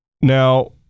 Now